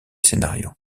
scénarios